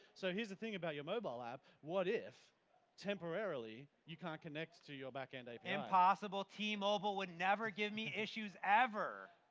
so here's the thing about your mobile app. what if temporarily you can't connect to your back end api? impossible t-mobile would never give me issues ever.